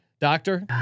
doctor